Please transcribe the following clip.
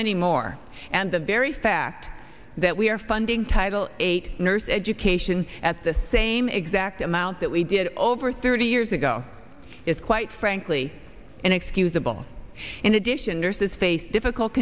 many more and the very fact that we are funding title eight nurse education at the same exact amount that we did over thirty years ago is quite frankly inexcusable in addition nurses face difficult